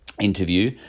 interview